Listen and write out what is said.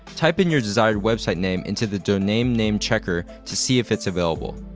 type in your desired website name into the domain name name checker to see if it's available.